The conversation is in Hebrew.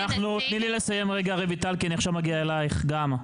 --- תני לי לסיים רגע רויטל כי אני עכשיו מגיע אליך גם.